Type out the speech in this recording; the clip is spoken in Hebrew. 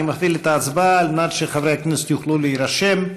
אני מפעיל את ההצבעה על מנת שחברי הכנסת יוכלו להירשם.